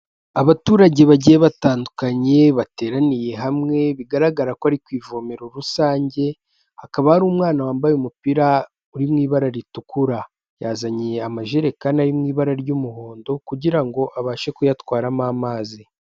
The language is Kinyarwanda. Abaturage bagiye batandukanye bateraniye hamwe bigaragara ko ari ku ivome rusange, hakaba hari umwana wambaye umupira uri mu ibara ritukura, yazaniye amajerekani ari mu ibara ry'umuhondo kugira ngo abashe kuyatwaramo amazi.